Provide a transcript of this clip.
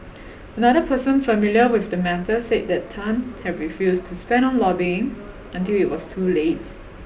another person familiar with the matter said that Tan had refused to spend on lobbying until it was too late